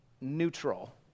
neutral